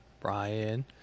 Brian